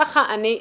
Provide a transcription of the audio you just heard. כך אני הבנתי.